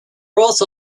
brought